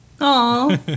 Aw